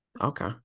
okay